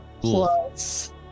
plus